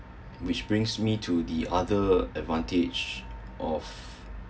which brings me to the other advantage of